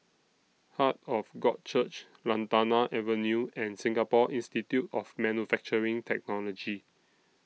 Heart of God Church Lantana Avenue and Singapore Institute of Manufacturing Technology